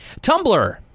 .tumblr